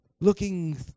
Looking